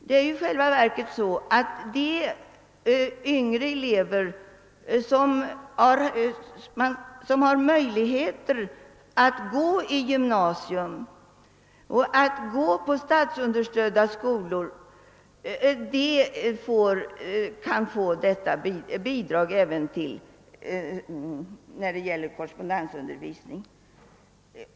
I själva verket kan de yngre elever som har tillfälle att gå i gymnasium eller i statsunderstödda skolor få bidrag även till korrespondensundervisning.